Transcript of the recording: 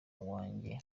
wanjye